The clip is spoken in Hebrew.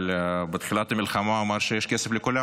אבל בתחילת המלחמה הוא אמר שיש כסף לכולם,